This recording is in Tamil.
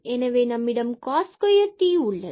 எனவே நம்மிடம் cos square t உள்ளது